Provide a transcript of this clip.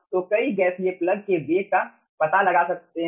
तो कोई गैसीय प्लग के वेग का पता लगा सकते है